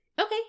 Okay